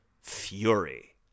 Fury